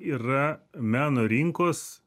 yra meno rinkos